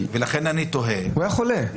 הוא היה חולה.